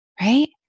right